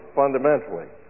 fundamentally